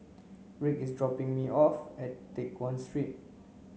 rick is dropping me off at Teck Guan Street